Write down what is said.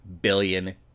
billion